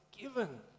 given